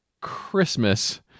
Christmas